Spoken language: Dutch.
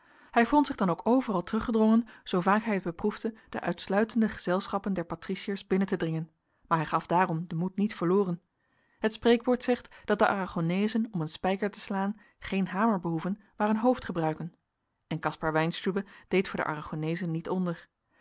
hij vond zich dan ook overal teruggedrongen zoo vaak hij het beproefde de uitsluitende gezelschappen der patriciërs binnen te dringen maar hij gaf daarom den moed niet verloren het spreekwoord zegt dat de arragoneezen om een spijker te slaan geen hamer behoeven maar hun hoofd gebruiken en caspar weinstübe deed voor de arragoneezen niet onder